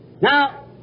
Now